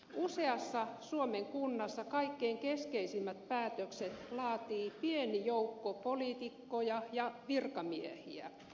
useassa suomen kunnassa kaikkein keskeisimmät päätökset laatii pieni joukko poliitikkoja ja virkamiehiä